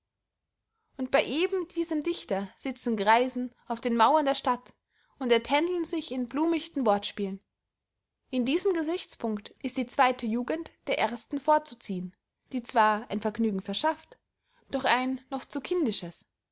und bey eben diesem dichter sitzen greisen auf den mauern der stadt und ertändeln sich in blumichten wortspielen in diesem gesichtspunkt ist die zweyte jugend der ersten vorzuziehen die zwar ein vergnügen verschaft doch ein noch zu kindisches